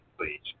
please